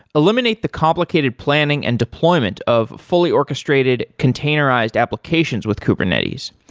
eliminate the complicated planning and deployment of fully orchestrated containerized applications with kubernetes.